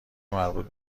مربوط